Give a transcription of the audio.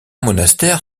monastère